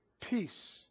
peace